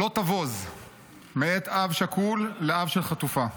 "לא תבוז (מאת אב שכול לאב של חטופה).